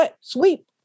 sweep